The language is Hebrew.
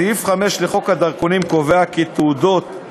סעיף 5 לחוק הדרכונים קובע כי תעודת